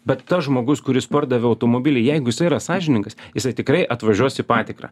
bet tas žmogus kuris pardavė automobilį jeigu jisai yra sąžiningas jisai tikrai atvažiuos į patikrą